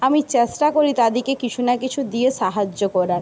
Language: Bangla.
আমি চেষ্টা করি তাদেরকে কিছু না কিছু দিয়ে সাহায্য করার